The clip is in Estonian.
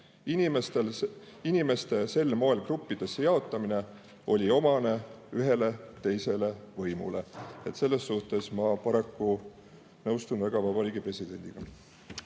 Inimeste sel moel gruppidesse jaotamine oli omane ühele teisele võimule." Selles suhtes ma paraku väga nõustun vabariigi presidendiga.